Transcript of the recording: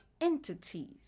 entities